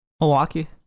Milwaukee